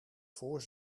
voor